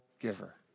giver